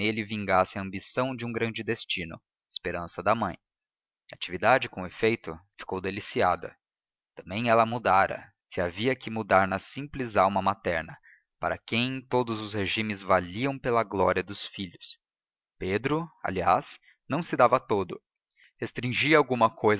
vingasse a ambição de um grande destino esperança da mãe natividade com efeito ficou deliciada também ela mudara se havia que mudar na simples alma materna para quem todos os regimens valiam pela glória dos filhos pedro aliás não se dava todo restringia alguma